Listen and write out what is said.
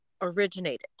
originated